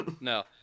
No